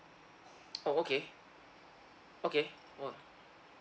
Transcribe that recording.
oh okay okay !whoa!